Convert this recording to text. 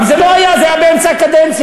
זה לא היה, זה היה באמצע הקדנציה.